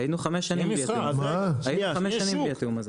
היינו חמש שנים בלי התיאום הזה.